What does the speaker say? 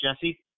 Jesse